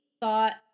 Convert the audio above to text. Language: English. thought